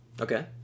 Okay